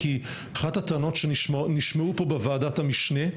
כי אחת הטענות שנשמעו כאן בוועדת המשנה,